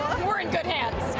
we're in good hands.